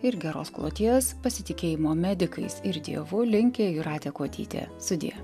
ir geros kloties pasitikėjimo medikais ir dievu linki jūratė kuodytė sudie